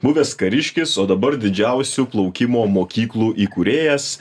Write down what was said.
buvęs kariškis o dabar didžiausių plaukimo mokyklų įkūrėjas